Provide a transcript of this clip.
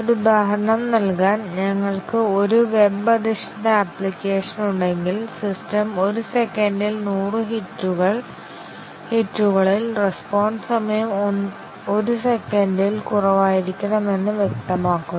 ഒരു ഉദാഹരണം നൽകാൻ ഞങ്ങൾക്ക് ഒരു വെബ് അധിഷ്ഠിത ആപ്ലിക്കേഷൻ ഉണ്ടെങ്കിൽ സിസ്റ്റം ഒരു സെക്കൻഡിൽ 100 ഹിറ്റുകളിൽ റെസ്പോൺസ് സമയം 1 സെക്കൻഡിൽ കുറവായിരിക്കണമെന്ന് വ്യക്തമാക്കുന്നു